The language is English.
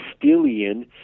Castilian